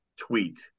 tweet